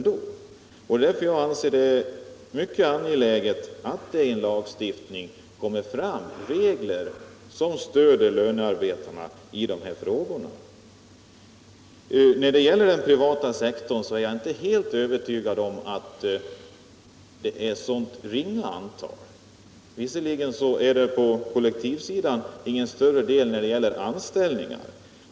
Det är därför som jag anser det mycket angeläget att det i en lagstiftning kommer fram regler som stöder lönarbetarna i dessa frågor. När det gäller den privata sektorn är jag inte helt övertygad om att det rör sig om ett så ringa antal tester. Visserligen är det på kollektivsidan inte fråga om något större antal tester vid anställningar.